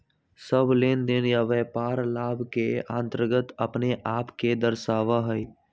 सब लेनदेन या व्यापार लाभ के अन्तर्गत अपने आप के दर्शावा हई